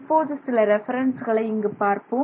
இப்போது சில ரெஃபரன்சுகளை இங்கு பார்ப்போம்